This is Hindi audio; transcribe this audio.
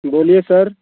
बोलिए सर